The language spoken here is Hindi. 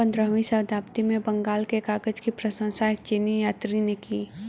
पंद्रहवीं शताब्दी में बंगाल के कागज की प्रशंसा एक चीनी यात्री ने की